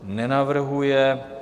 Nenavrhuje.